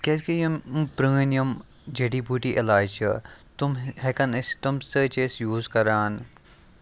کیٛازِ کہِ یِم پرٛٲنۍ یِم جڈی بوٗٹی علاج چھِ تِم ہٮ۪کن أسۍ تَمہِ سۭتۍ چھِ أسۍ یوٗز کران